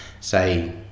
say